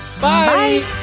Bye